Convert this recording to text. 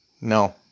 no